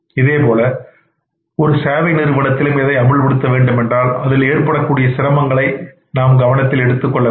இதே போல ஒரு சேவை நிறுவனத்திலும் இதை அமல்படுத்த வேண்டும் என்றால் அதில் ஏற்படக்கூடிய சிரமங்களை கவனத்தில் எடுத்துக்கொள்ள வேண்டும்